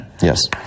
Yes